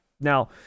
Now